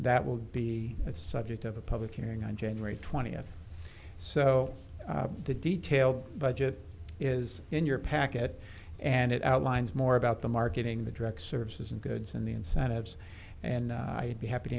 that will be a subject of a public hearing on january twentieth so the details budget is in your packet and it outlines more about the marketing the direct services and goods and the incentives and i'd be happy to